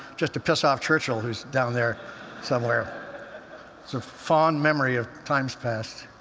just to piss off churchill, who's down there somewhere. it's a fond memory of times past.